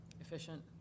efficient